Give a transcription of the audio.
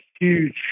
huge